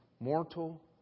Mortal